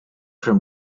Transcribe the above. from